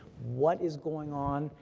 what is going on,